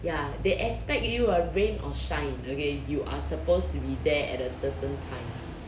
ya they expect you ah rain or shine okay you are supposed to be there at a certain time